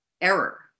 error